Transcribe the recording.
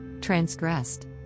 transgressed